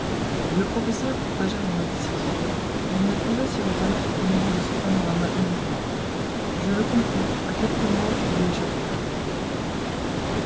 le professeur partageait mon indécision il ne pouvait s'y reconnaître au milieu de ce panorama uniforme je le compris à quelques mots qui lui